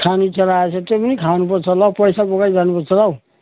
खानु इच्छा लागेको छ त्यो पनि खानु पर्छ होला हौ पैसा बोकेर जानु पर्छ होला हौ